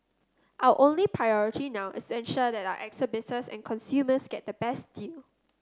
our only priority now is ensure that our exhibitors and consumers get the best deal